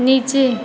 नीचे